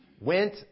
went